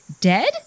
dead